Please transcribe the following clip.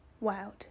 wild